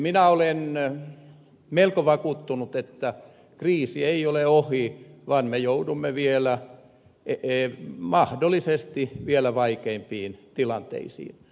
minä olen melko vakuuttunut että kriisi ei ole ohi vaan me joudumme mahdollisesti vielä vaikeampiin tilanteisiin